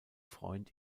freund